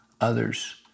others